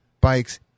bikes